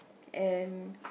and